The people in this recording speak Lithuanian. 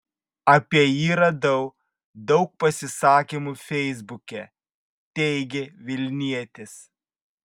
apie jį radau daug pasisakymų feisbuke teigė vilnietis